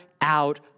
out